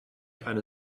eine